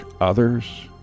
Others